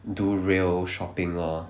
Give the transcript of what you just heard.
do real shopping lor